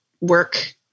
work